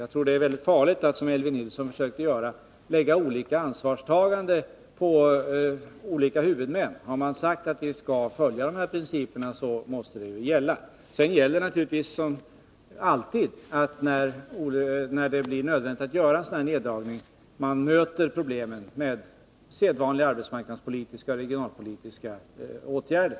Jag tror att det är väldigt farligt att, som Elvy Nilsson försöker göra, lägga olika ansvarstaganden på olika huvudmän. Har man sagt att vi skall följa de här principerna så måste det naturligtvis gälla. Sedan är det naturligtvis som alltid när det blir nödvändigt att göra en sådan här neddragning så, att man möter problemen med sedvanliga arbetsmarknadspolitiska och regionalpolitiska åtgärder.